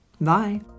Bye